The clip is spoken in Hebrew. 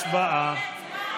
הצבעה.